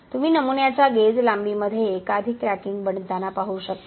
तुम्ही नमुन्याच्या गेज लांबीमध्ये एकाधिक क्रॅकिंग बनताना पाहू शकता